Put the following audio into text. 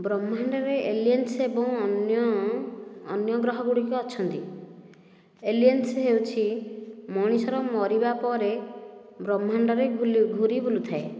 ବ୍ରହ୍ମାଣ୍ଡରେ ଏଲିଏନ୍ସ ଏବଂ ଅନ୍ୟ ଅନ୍ୟ ଗ୍ରହଗୁଡ଼ିକ ଅଛନ୍ତି ଏଲିଏନ୍ସ ହେଉଛି ମଣିଷର ମରିବା ପରେ ବ୍ରହ୍ମାଣ୍ଡରେ ବୁଲି ଘୁରିବୁଲିଥାଏ